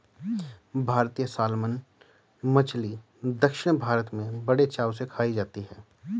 भारतीय सालमन मछली दक्षिण भारत में बड़े चाव से खाई जाती है